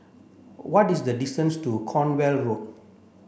what is the distance to Cornwall Road